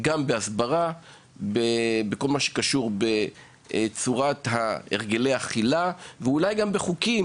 גם בהסברה באשר לכל מה שקשור להרגלי אכילה ואולי גם בחוקים,